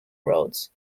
roads